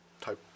type